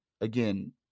again